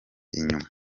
inyuma